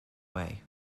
way